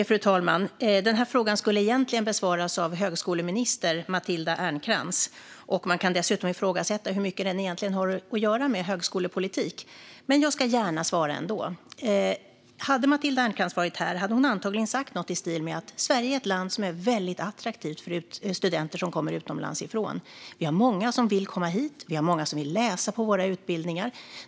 Fru talman! Den här frågan skulle egentligen besvaras av högskoleminister Matilda Ernkrans, och man kan dessutom ifrågasätta hur mycket den egentligen har att göra med högskolepolitik. Jag ska gärna svara ändå. Hade Matilda Ernkrans varit här hade hon antagligen sagt något i stil med att Sverige är ett land som är väldigt attraktivt för studenter som kommer utomlands ifrån. Vi har många som vill komma hit, och vi har många som vill läsa på våra utbildningar.